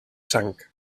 sang